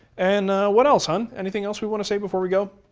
and what else, hun? anything else we want to say before we go?